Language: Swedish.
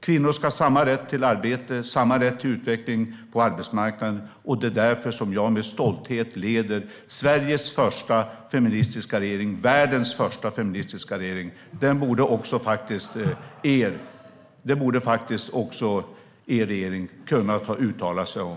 Kvinnor ska ha samma rätt till arbete och samma rätt till utveckling på arbetsmarknaden. Det är därför som jag med stolthet leder Sveriges första feministiska regering - världens första feministiska regering. Den borde faktiskt också er allians kunna uttala sig om.